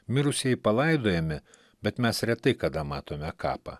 mirusieji palaidojami bet mes retai kada matome kapą